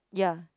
ya